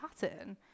pattern